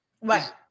Right